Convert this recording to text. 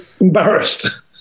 embarrassed